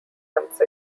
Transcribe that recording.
once